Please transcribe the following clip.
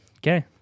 Okay